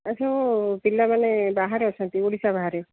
ଏ ଯେଉଁ ପିଲାମାନେ ବାହାରେ ଅଛନ୍ତି ଓଡ଼ିଶା ବାହାରେ